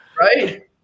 Right